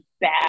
bad